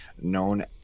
Known